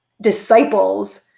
disciples